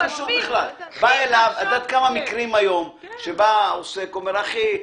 את יודעת כמה מקרים יש היום שהעוסק בא ואומר: אחי,